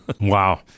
Wow